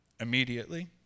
Immediately